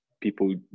people